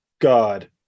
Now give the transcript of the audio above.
God